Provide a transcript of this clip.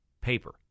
paper